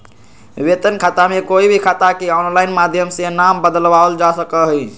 वेतन खाता में कोई भी खाता के आनलाइन माधम से ना बदलावल जा सका हई